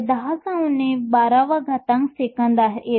3 x 10 12 second येते